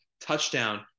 touchdown